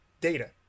data